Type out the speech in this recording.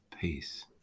peace